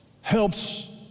helps